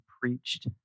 preached